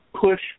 push